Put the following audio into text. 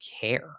care